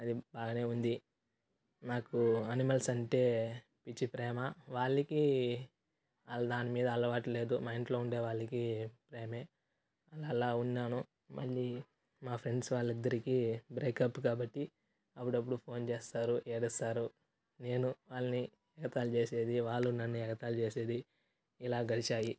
అది బాగానే ఉంది నాకు ఆనిమల్స్ అంటే పిచ్చి ప్రేమ వాళ్లికి ఆల్ దాని మీద అలవాటు లేదు మా ఇంట్లో ఉండే వాళ్ళకీ ప్రేమే అన్ అలా ఉన్నాను మళ్ళీ మా ఫ్రెండ్స్ వాళ్ళిద్దరికి బ్రేకప్ కాబట్టి అప్పుడప్పుడు ఫోన్ చేస్తారు ఏడుస్తారు నేను వాళ్ళని ఎగతాళి చేసేది వాళ్ళు నన్ను ఎగతాళి చేసేది ఇలా గడిశాయి